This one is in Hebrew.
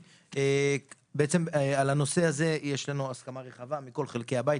בעצם על הנושא הזה יש לנו הסכמה רחבה מכל חלקי הבית,